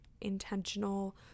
intentional